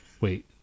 Wait